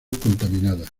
contaminada